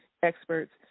Experts